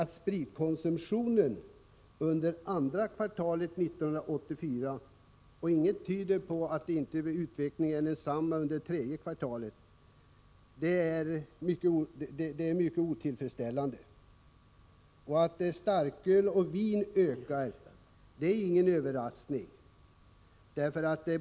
Ett enstaka kvartal behöver i och för sig inte vara oroande, men inget tyder på att inte utvecklingen blir densamma under tredje kvartalet, och det är mycket otillfredsställande. Att konsumtionen av starköl och vin ökar är ingen överraskning.